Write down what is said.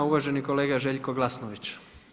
Uvaženi kolega Željko Glasnović.